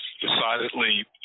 decidedly